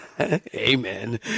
amen